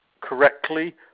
correctly